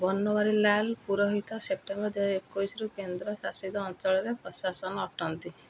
Banwarilal Purohit September ଦୁଇହଜାର ଏକୋଇଶି ରୁ କେନ୍ଦ୍ର ଶାସିତ ଅଞ୍ଚଳର ପ୍ରଶାସନ ଅଟନ୍ତି